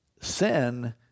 sin